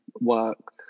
work